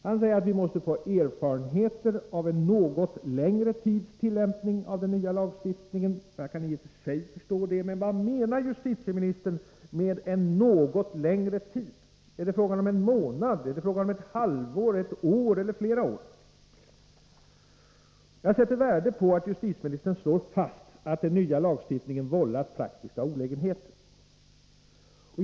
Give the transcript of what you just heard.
Han säger att vi måste få erfarenheter ”av en något längre tids tillämpning av den nya lagstiftningen”. Jag kan i och för sig förstå det. Men vad menar justitieministern med en något längre tid? Är det fråga om en månad, ett halvår, ett år eller flera år? Jag sätter värde på att justitieministern slår fast att det nya lagstiftningen vållat praktiska olägenheter.